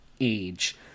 age